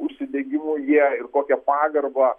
užsidegimu jie ir kokia pagarba